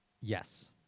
Yes